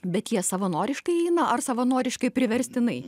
bet jie savanoriškai eina ar savanoriškai priverstinai